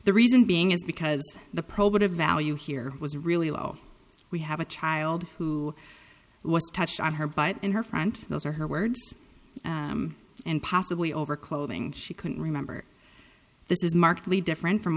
the reason being is because the probative value here was really low we have a child who was touched on her but in her front those are her words and possibly over clothing she couldn't remember this is markedly different from